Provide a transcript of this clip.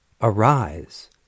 arise